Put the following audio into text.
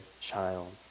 child